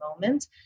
moment